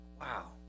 wow